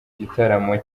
gitaramo